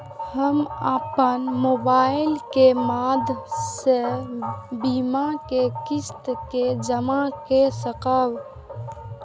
हम अपन मोबाइल के माध्यम से बीमा के किस्त के जमा कै सकब?